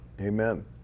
Amen